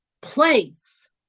place